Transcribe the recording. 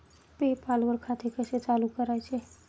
पे पाल वर खाते कसे चालु करायचे